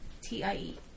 T-I-E